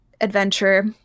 adventure